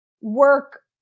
work